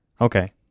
Okay